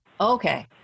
okay